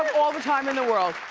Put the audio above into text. all the time in the world.